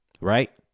Right